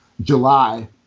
July